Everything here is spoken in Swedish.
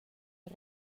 det